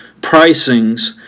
pricings